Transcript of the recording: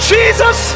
Jesus